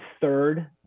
third